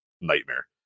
nightmare